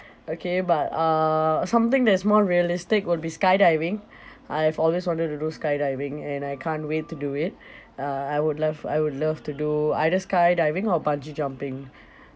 okay but uh something that is more realistic will be skydiving I have always wanted to do skydiving and I can't wait to do it uh I would love I would love to do either skydiving or bungee jumping